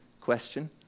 question